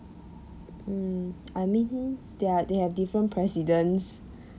mm I mean their they have different presidents